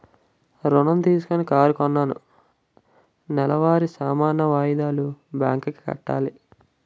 ఋణం తీసుకొని కారు కొన్నాను నెలవారీ సమాన వాయిదాలు బ్యాంకు కి కట్టాలి